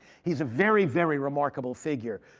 he's a very, very remarkable figure.